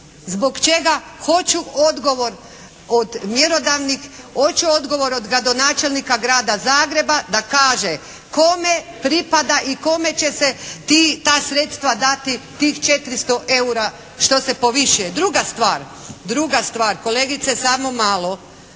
Zbog čega? Hoću odgovor od mjerodavnih, hoću odgovor od gradonačelnika Grada Zagreba da kaže kome pripada i kome će se ta sredstva dati, tih 400 eura što se povišuje. Druga stvar, druga stvar, kolegice samo malo.